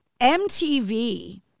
MTV